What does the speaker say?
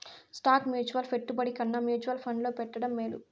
stock mutual పెట్టుబడి కన్నా mutual ఫండ్లో పెట్టడం మేలు